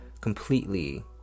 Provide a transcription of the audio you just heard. completely